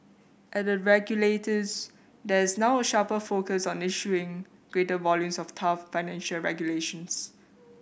at the regulators there is now a sharper focus on issuing greater volumes of tough financial regulations